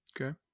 okay